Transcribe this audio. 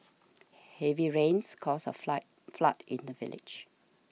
heavy rains caused a fly flood in the village